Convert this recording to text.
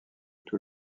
tout